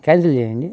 cancel చేయండి